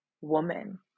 woman